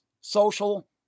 social